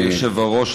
אדוני היושב-ראש,